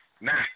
Now